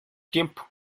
tiempo